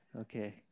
Okay